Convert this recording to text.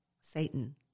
Satan